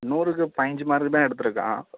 நூறுக்கு பைஞ்சு மார்க்கு தான் எடுத்திருக்கான்